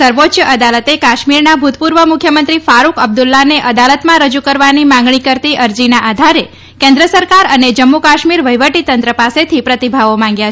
સર્વોચ્ય અદાલતે કાશ્મીરના ભૂતપૂર્વ મુખ્યમંત્રી ફારૂક અબ્દુલ્લાને અદાલતમાં રજૂ કરવાની માંગણી કરતી અરજીના આધારે કેન્દ્ર સરકાર અને જમ્મુ અને કાશ્મીર વહીવટી તંત્ર પાસેથી પ્રતિભાવો માગ્યા છે